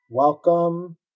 welcome